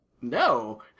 No